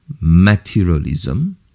materialism